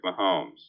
Mahomes